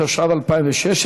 התשע"ו 2016,